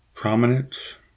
prominent